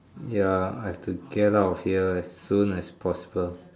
ya I have to get out of here a soon as possible